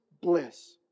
bliss